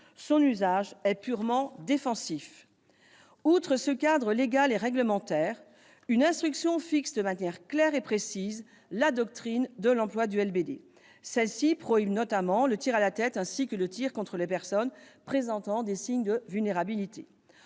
Son usage est purement défensif. Outre ce cadre légal et réglementaire, une instruction fixe de manière claire et précise la doctrine d'emploi du LBD. Elle prohibe notamment le tir à la tête, ainsi que le tir contre des personnes présentant des signes de vulnérabilité.